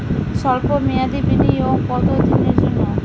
সল্প মেয়াদি বিনিয়োগ কত দিনের জন্য?